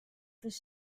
his